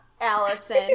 Allison